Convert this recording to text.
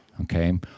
Okay